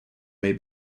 may